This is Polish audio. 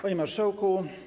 Panie Marszałku!